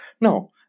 no